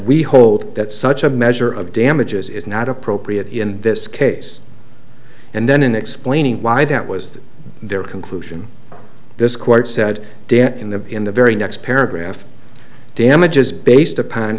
we hold that such a measure of damages is not appropriate in this case and then in explaining why that was their conclusion this court said in the in the very next paragraph damages based upon